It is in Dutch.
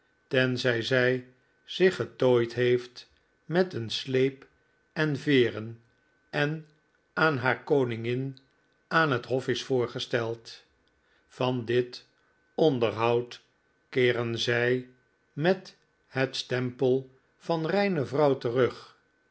tenzij zij zich getooid heeft met een sleep en veeren en aan haar koningin aan het hof is voorgesteld van dit onderhoud keeren zij met het stempel van reine vrouw terug